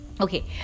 okay